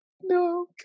No